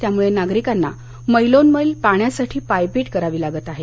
त्यामुळे नागरिकांना मैलोनमैल पाण्यासाठी पायपीट करावी लागत आहे